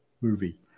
movie